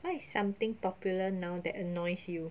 what is something popular now that annoys you